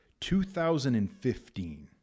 2015